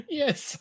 yes